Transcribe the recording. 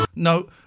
No